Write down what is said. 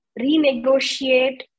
renegotiate